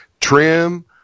trim